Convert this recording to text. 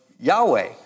Yahweh